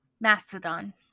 Mastodon